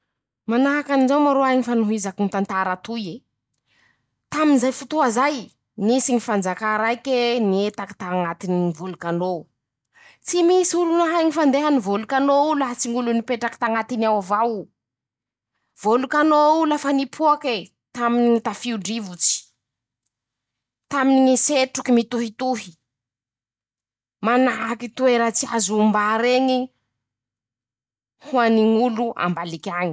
Manahaky anizao moa roahy ñy fanohizako ñy tantara toy e: -"Tamy zay fotoa zay, nisy ñy fanjakà raike nietaky tañatiny ñy vôlkanô ,tsy misy olo nahay ñy fandehany vôlkanô o laha tsy ñ'olo nipetraky tañatiny ao avao ,vôlkanô o lafa nipoake, taminy ñy tafio-drivotsy ,taminy ñy setroky mitohitohy ,manahaky toera tsy azo ombà reñy ho any ñ'olo ambaliky añy".